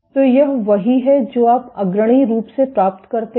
तो यह वही है जो आप अग्रणी रूप से प्राप्त करते हैं